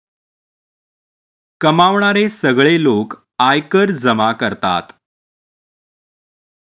कमावणारे सगळे लोक आयकर जमा करतात